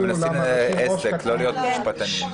הם מנסים לנהל עסק, לא להיות משפטנים.